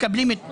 מקבלים את הכול.